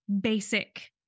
basic